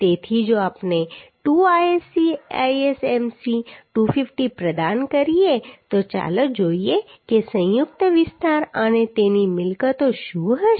તેથી જો આપણે 2 ISMC 250 પ્રદાન કરીએ તો ચાલો જોઈએ કે સંયુક્ત વિસ્તાર અને તેની મિલકતો શું હશે